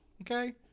Okay